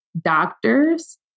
doctors